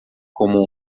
como